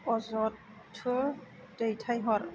अजद टुह दैथायहर